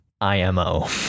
IMO